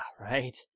right